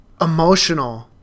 emotional